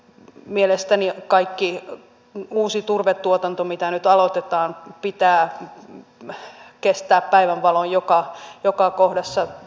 mielestäni kaiken uuden turvetuotannon mitä nyt aloitetaan pitää kestää päivänvalo joka kohdassa